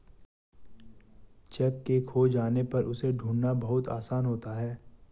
cheque के खो जाने पर उसे ढूंढ़ना बहुत आसान होता है